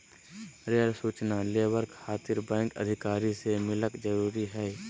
Rail सूचना labour खातिर bank अधिकारी से मिलक जरूरी है?